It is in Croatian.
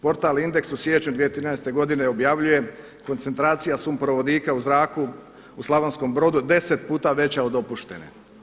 Portal Indeks u siječnju 2013. godine objavljuje „Koncentracija sumporovodika u zraku u Slavonskom Brodu deset puta veća od dopuštene“